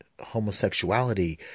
homosexuality